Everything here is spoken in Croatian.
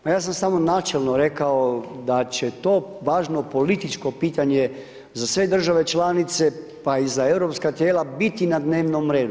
Ma ja sam samo načelno rekao da će to važno političko pitanje za sve države članice pa i za europska tijela biti na dnevnom redu.